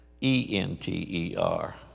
E-N-T-E-R